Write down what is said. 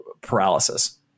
paralysis